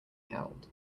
held